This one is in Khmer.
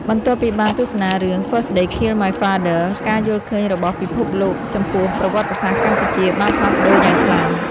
បន្ទាប់ពីបានទស្សនារឿង First They Killed My Father ការយល់ឃើញរបស់ពិភពលោកចំពោះប្រវត្តិសាស្ត្រកម្ពុជាបានផ្លាស់ប្ដូរយ៉ាងខ្លាំង។